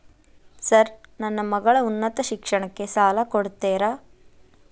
Sir ನನ್ನ ಮಗಳ ಉನ್ನತ ಶಿಕ್ಷಣಕ್ಕೆ ಸಾಲ ಕೊಡುತ್ತೇರಾ?